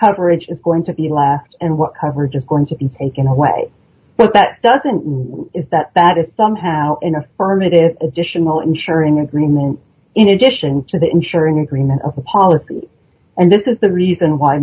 coverage is going to be left and what coverage is going to be taken away but that doesn't mean that that is somehow an affirmative additional ensuring agreement in addition to the ensuring agreement of the policy and this is the reason why